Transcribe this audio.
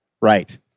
right